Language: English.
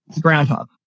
groundhog